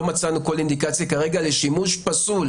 כל אינדיקציה כרגע לשימוש פסול